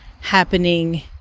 happening